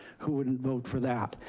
who wouldn't vote for that?